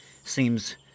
Seems